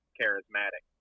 charismatic